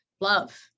Love